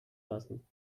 lassen